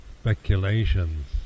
speculations